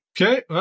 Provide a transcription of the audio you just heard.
Okay